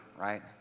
right